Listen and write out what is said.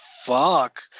fuck